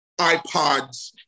iPods